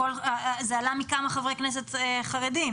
זה עלה מכמה חברי כנסת חרדים.